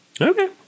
Okay